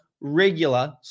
regular